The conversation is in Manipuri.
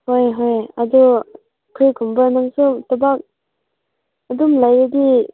ꯍꯣꯏ ꯍꯣꯏ ꯑꯗꯣ ꯀꯔꯤꯒꯨꯝꯕ ꯅꯪꯁꯨ ꯊꯕꯛ ꯑꯗꯨꯝ ꯂꯩꯔꯗꯤ